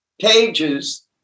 pages